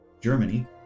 Germany